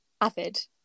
avid